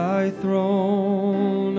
throne